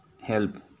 help